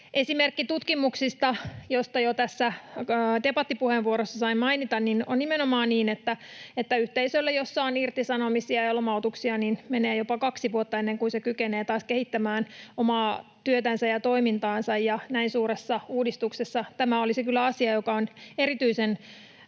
Esimerkki tutkimuksista, joista jo debattipuheenvuorossa sain mainita, on nimenomaan se, että yhteisöllä, jossa on irtisanomisia ja lomautuksia, menee jopa kaksi vuotta ennen kuin se kykenee taas kehittämään omaa työtänsä ja toimintaansa. Ja näin suuressa uudistuksessa tämä olisi kyllä asia, joka on erityisesti